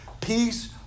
Peace